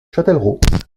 châtellerault